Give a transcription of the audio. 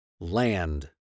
Land